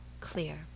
clear